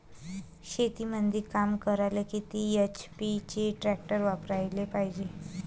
शेतीमंदी काम करायले किती एच.पी चे ट्रॅक्टर वापरायले पायजे?